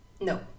No